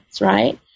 right